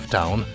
town